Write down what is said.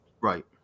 Right